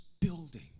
building